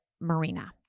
marina